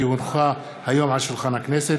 כי הונחה היום על שולחן הכנסת,